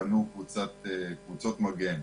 בנו קבוצות מגן.